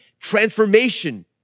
transformation